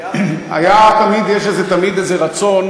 תמיד יש איזה רצון